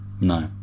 No